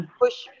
push